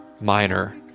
Minor